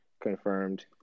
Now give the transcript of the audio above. confirmed